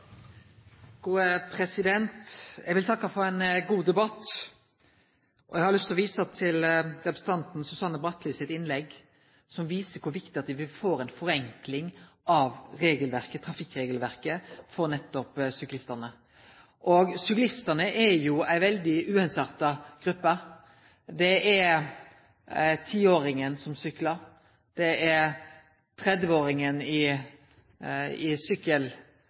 Eg vil takke for ein god debatt. Eg har lyst til å vise til representanten Susanne Bratli sitt innlegg, som viser kor viktig det er at me får ei forenkling av trafikkregelverket for nettopp syklistane. Syklistane er jo ei veldig ueinsarta gruppe. Det er tiåringen som syklar, det er trettiåringen i